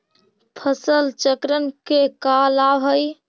फसल चक्रण के का लाभ हई?